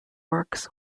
works